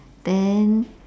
then